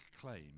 claim